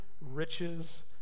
riches